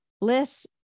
list